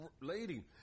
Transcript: Lady